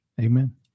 amen